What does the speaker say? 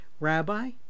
Rabbi